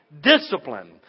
discipline